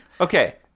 Okay